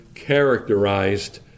characterized